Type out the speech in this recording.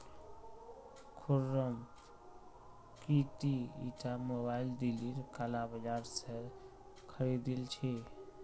खुर्रम की ती ईटा मोबाइल दिल्लीर काला बाजार स खरीदिल छि